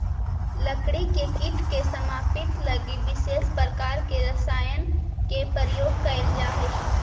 लकड़ी के कीट के समाप्ति लगी विशेष प्रकार के रसायन के प्रयोग कैल जा हइ